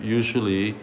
usually